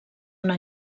una